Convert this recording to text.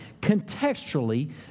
Contextually